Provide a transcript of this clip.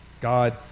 God